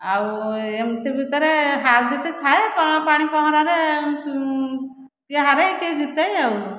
ଆଉ ଏମିତି ଭିତରେ ହାର୍ ଜିତ୍ ଥାଏ ପାଣି ପହଁରାରେ କିଏ ହାରେ କିଏ ଜିତେ ଆଉ